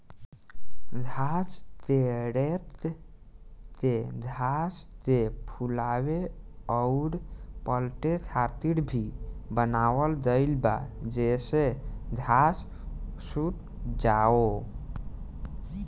घास के रेक के घास के फुलावे अउर पलटे खातिर भी बनावल गईल बा जेसे घास सुख जाओ